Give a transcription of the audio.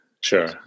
Sure